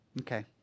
Okay